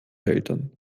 eltern